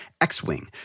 X-Wing